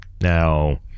now